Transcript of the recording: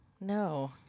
No